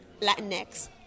Latinx